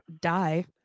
die